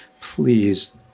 please